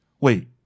Wait